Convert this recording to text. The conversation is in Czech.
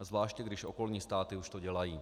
Zvláště když okolní státy už to dělají.